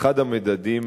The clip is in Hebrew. כאחד המדדים,